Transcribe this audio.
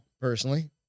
Personally